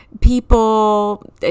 people